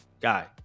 guy